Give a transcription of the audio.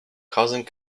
causing